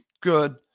good